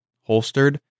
holstered